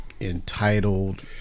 entitled